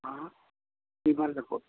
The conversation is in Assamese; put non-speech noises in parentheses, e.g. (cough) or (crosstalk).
(unintelligible)